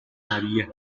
maria